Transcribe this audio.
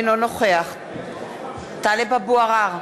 אינו נוכח טלב אבו עראר,